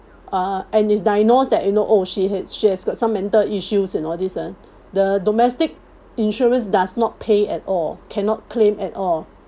uh and it's diagnosed that you know oh she has she has got some mental issues and all this ah the domestic insurance does not pay at all cannot claim at all